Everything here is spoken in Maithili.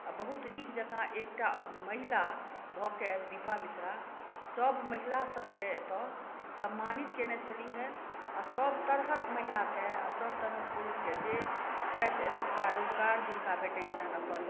आओर बहुत नीक जकाँ एकटा महिला भअके दीपा मिश्रा सभ महिला सबके एतऽ सम्मानित कयने छलिह हइ आओर सब तरहक महिलाके आओर सब तरहक पुरुषके जे छथि एतुक्का रोजगार जिनका भेटय छन्हि अपन